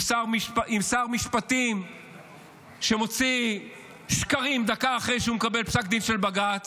עם שר משפטים שמוציא שקרים דקה אחרי שהוא מקבל פסק דין של בג"ץ,